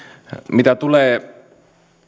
mitä tulee